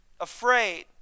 afraid